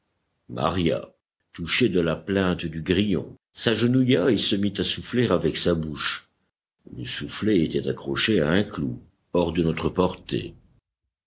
maria touchée de la plainte du grillon s'agenouilla et se mit à souffler avec sa bouche le soufflet était accroché à un clou hors de notre portée